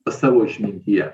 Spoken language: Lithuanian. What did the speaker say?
savo išmintyje